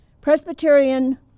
Presbyterian